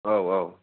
औ औ